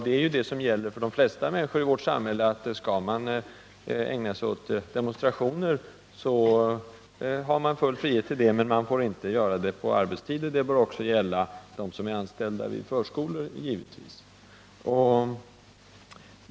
Det gäller för de flesta människor i vårt samhälle att vill man ägna sig åt demonstrationer har man full frihet till det, men man får inte göra det på arbetstid. Det bör givetvis också gälla dem som är anställda vid förskolor.